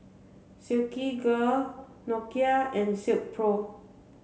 Silkygirl Nokia and Silkpro